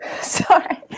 Sorry